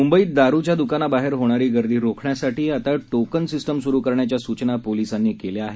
मंबईत दारूच्या दकानाबाहेर होणारी गर्दी रोखण्यासाठी आता टोकन स्टिस्टम सरू करण्याच्या सूचना पोलिसांनी केल्या आहेत